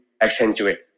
accentuate